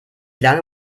lange